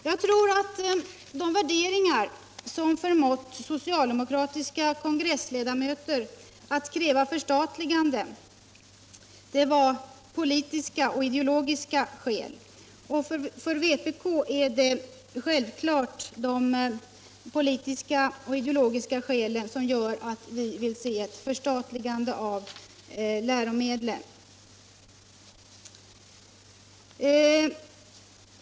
Jag tror att de värderingar som förmått socialdemokratiska kongressledamöter att kräva förstatligande bygger på politiska och ideologiska skäl. För vpk är det självfallet de politiska och ideologiska skälen som gör att vi vill se ett förstatligande av läromedlen.